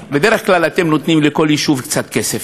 בדרך כלל אתם נותנים לכל יישוב קצת כסף: